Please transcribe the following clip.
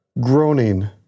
groaning